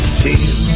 feel